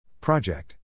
Project